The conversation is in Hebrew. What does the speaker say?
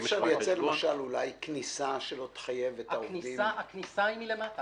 אי אפשר לייצר כניסה שלא תחייב את העובדים --- הכניסה היא מלמטה.